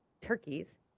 turkeys